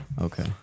Okay